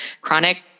Chronic